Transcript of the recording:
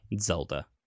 Zelda